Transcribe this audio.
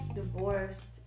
divorced